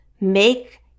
make